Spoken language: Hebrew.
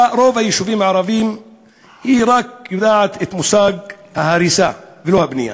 ברוב היישובים הערביים היא רק יודעת את מושג ההריסה ולא הבנייה.